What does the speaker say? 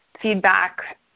feedback